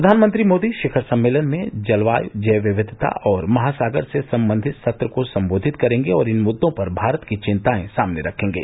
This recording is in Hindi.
प्रधानमंत्री मोदी शिखर सम्मेलन में जलवाय जैव विविता और महासागर से संबंधित सत्र को सम्बोधित करेंगे और इन मुद्दों पर भारत की विंताएं सामने रखेंगे